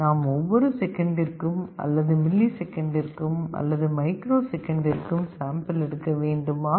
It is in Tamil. நாம் ஒவ்வொரு செகண்ட்டிற்கும் அல்லது மில்லி செகண்ட்டிற்கும் அல்லது மைக்ரோ செகண்ட்டிற்கும் சாம்பிள் எடுக்க வேண்டுமா